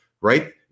right